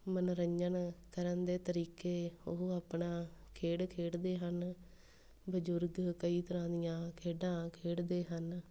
ਮਨੋਰੰਜਨ ਕਰਨ ਦੇ ਤਰੀਕੇ ਉਹ ਆਪਣਾ ਖੇਡ ਖੇਡਦੇ ਹਨ ਬਜ਼ੁਰਗ ਕਈ ਤਰ੍ਹਾਂ ਦੀਆਂ ਖੇਡਾਂ ਖੇਡਦੇ ਹਨ